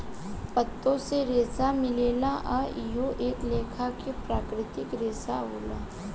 पातो से रेसा मिलेला आ इहो एक लेखा के प्राकृतिक रेसा होला